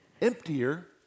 emptier